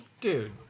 Dude